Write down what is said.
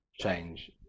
change